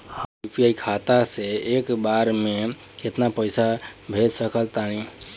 हम यू.पी.आई खाता से एक बेर म केतना पइसा भेज सकऽ तानि?